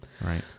Right